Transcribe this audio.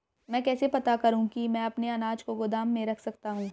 मैं कैसे पता करूँ कि मैं अपने अनाज को गोदाम में रख सकता हूँ?